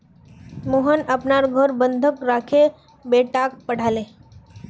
मोहन अपनार घर बंधक राखे बेटाक पढ़ाले